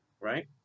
right